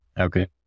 Okay